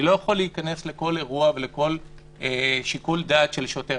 אני לא יכול להיכנס לכל אירוע ולכל שיקול דעת של שוטר.